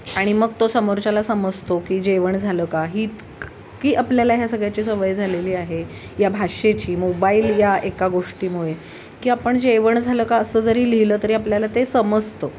आणि मग तो समोरच्याला समजतो की जेवण झालं का ही इतकी आपल्याला ह्या सगळ्याची सवय झालेली आहे या भाषेची मोबाईल या एका गोष्टीमुळे की आपण जेवण झालं का असं जरी लिहिलं तरी आपल्याला ते समजतं